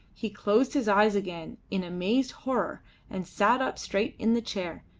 he closed his eyes again in amazed horror and sat up straight in the chair,